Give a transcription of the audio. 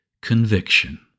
conviction